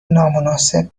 نامناسب